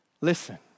Listen